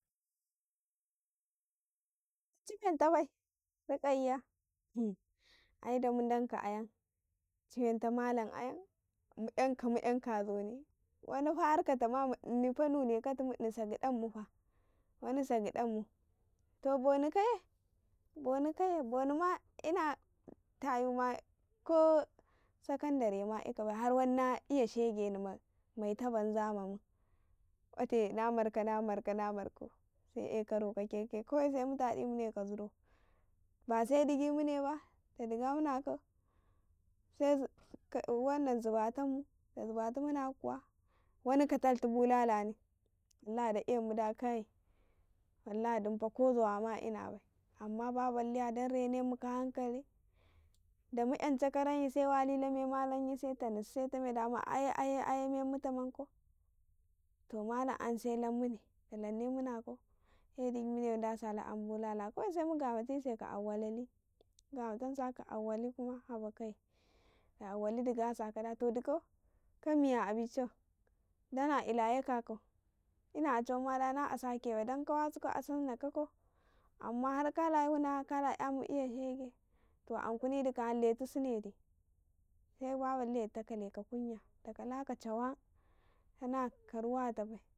﻿Tab ance ci menta bai rukayya ai da mu danka ayam ci menta malam ayam mu ''yanka mu ''yan ka a zuni wani fa har ka tamani hni fa nuneka tumu sa gdanmufa wani sagdanmu to boni kaye, boni kaye bonima inaina tayuma kooo sakandare ma ikabe har wanio na iyaghegeni ma maita banza mamun ote na marka, na marko, na marka, dugo se a karo ka keke kawai se mu taɗi ka zurau base digi mune ba da duga munakau se zawatanmu da zawatan munaka kuwa wani katalti bulalahini walahi da e mufe kai walahi dumufa kop zawa ma ina bai amma baballiya dan renemun ka hankali damu ''yan chakaranyi se walema malam yi se tannasi tame dama aye, aye man mu tankau to malam ''yan se lan mune da lannemu nakau he digimune da sala ''yamu kawe se mu gamatise ka anka awwalali mu gama tansaka ka awwalikhma haba kai da awwali digisaka da to dkau kamiya abican dana ila yeka kau ina a chawanma dana asake bai dan kawasu ka asanna naku amman har kana wuna kala ''yamu eya shege to ankuni duka ''yan ankuni lentisune de he baballiya dta kaleka kunya ta kalaka chawa kana ka amu ta bai.